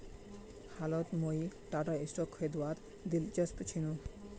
हालत मुई टाटार स्टॉक खरीदवात दिलचस्प छिनु